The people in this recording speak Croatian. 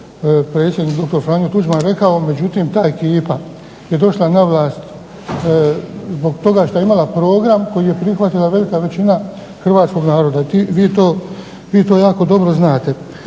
doktor Franjo Tuđman rekao, međutim ta ekipa je došla na vlast zbog toga što je imala program koji je prihvatila velika većina hrvatskog naroda. Vi to jako dobro znate.